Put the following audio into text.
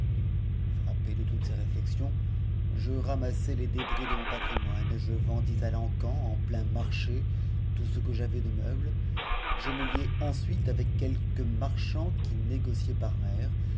frappé de toutes ces réflexions je ramassai tes débris je mon patrimoine je vendis à l'encan en plein marché tout ce que j'avais de meubles je me liai ensuite avec quelques marchands qui négociaient par mer